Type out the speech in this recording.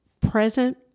present